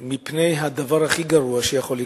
מפני הדבר הכי גרוע שיכול להיות